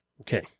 Okay